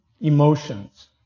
emotions